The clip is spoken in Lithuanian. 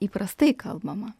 įprastai kalbama